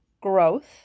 growth